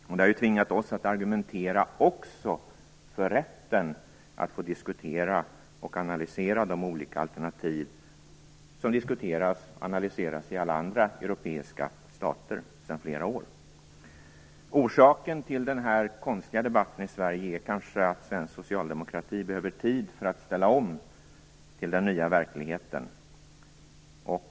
Detta har tvingat oss att argumentera också för rätten att få diskutera och analysera de olika alternativ som sedan flera år tillbaka diskuteras och analyseras i alla andra europeiska stater. Orsaken till den här konstiga debatten i Sverige är kanske att socialdemokratin behöver tid för att ställa om till den nya verkligheten.